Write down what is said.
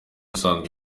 usanzwe